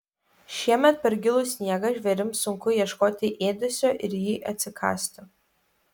šiemet per gilų sniegą žvėrims sunku ieškoti ėdesio ir jį atsikasti